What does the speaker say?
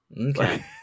Okay